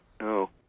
No